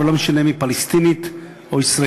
ולא משנה אם היא פלסטינית או ישראלית,